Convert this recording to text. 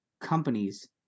companies